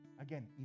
Again